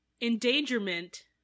Endangerment